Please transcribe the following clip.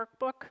workbook